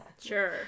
Sure